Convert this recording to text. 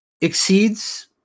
exceeds